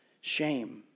shame